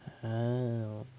uh